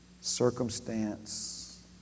circumstance